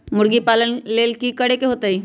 मुर्गी पालन ले कि करे के होतै?